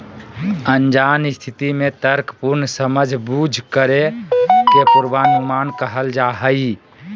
अनजान स्थिति में तर्कपूर्ण समझबूझ करे के पूर्वानुमान कहल जा हइ